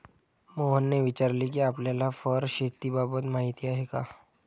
मोहनने विचारले कि आपल्याला फर शेतीबाबत माहीती आहे का?